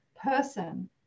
person